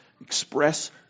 Express